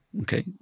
okay